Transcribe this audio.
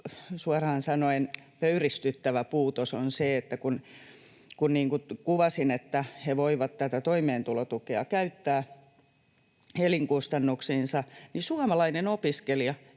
suoraan sanoen pöyristyttävä puutos, on se, että kun, niin kuin kuvasin, he voivat tätä toimeentulotukea käyttää elinkustannuksiinsa, niin suomalaiset opiskelijat